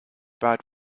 bad